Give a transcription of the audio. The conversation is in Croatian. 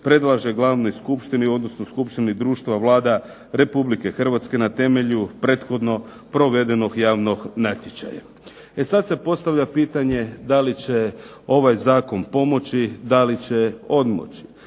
predlaže glavnoj skupštini, odnosno skupštini društva Vlada Republike Hrvatske na temelju prethodno provedenog javnog natječaja. E sada se postavlja pitanje da li će ovaj Zakon pomoći, da li će odmoći,